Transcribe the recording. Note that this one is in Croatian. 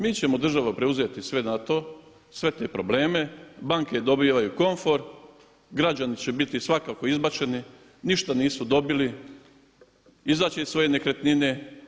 Mi ćemo država preuzeti sve na sebe te probleme, banke dobivaju komfor, građani će biti svakako izbačeni, ništa nisu dobili, izaći će iz svoje nekretnine.